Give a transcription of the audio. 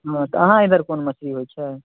हाँ तऽ अहाँ इधर कोन मछरी होइ छै